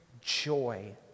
joy